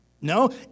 No